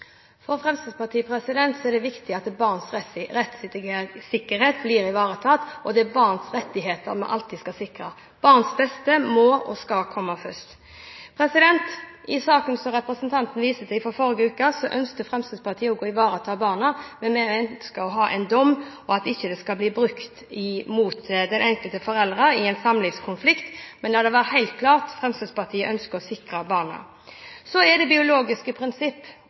For Fremskrittspartiet er det viktig at barns rettssikkerhet blir ivaretatt, og det er barns rettigheter vi alltid skal sikre. Barnets beste må og skal komme først. I saken som representanten viser til fra forrige uke, ønsket Fremskrittspartiet å ivareta barna, men vi ønsker å ha en dom, og at det ikke skal bli brukt mot den enkelte forelder i en samlivskonflikt. Men la det være helt klart: Fremskrittspartiet ønsker å sikre barna. Så er det biologiske prinsipp